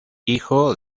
hijo